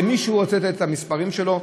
למי שהוא רוצה לתת את המספרים שלו,